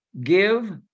Give